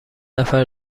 نفر